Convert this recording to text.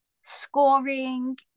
scoring